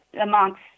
amongst